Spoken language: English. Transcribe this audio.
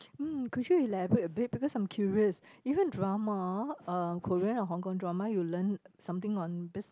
mm could you elaborate a bit because I'm curious even drama uh Korean or Hong-Kong drama you learn something on business